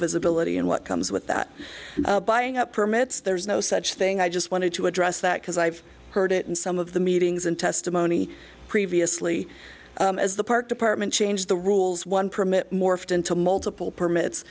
visibility and what comes with that buying up permits there's no such thing i just wanted to address that because i've heard it in some of the meetings and testimony previously as the park department changed the rules one permit morphed into multiple permits